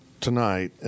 tonight